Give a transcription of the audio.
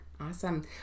Awesome